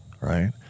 right